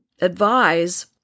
advise